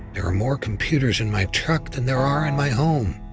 there are more computers in my truck than there are in my home,